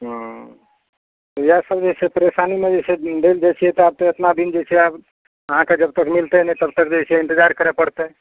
ओ इएह सब जे छै परेशानीमे जे छै डालि दै छियै आब तऽ एतना दिन छै आब अहाँके जब तक मिलतै नहि तब तक से इंतजार करै पड़तै